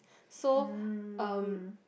so um